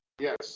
Yes